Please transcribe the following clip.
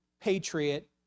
patriot